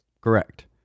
Correct